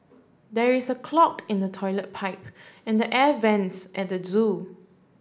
there is a clog in the toilet pipe and the air vents at the zoo